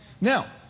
Now